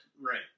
right